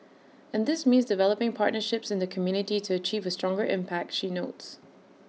and this means developing partnerships in the community to achieve A stronger impact she notes